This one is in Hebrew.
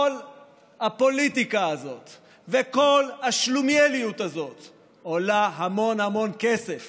כל הפוליטיקה הזאת וכל השלומיאליות הזאת עולות המון המון כסף